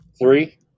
Three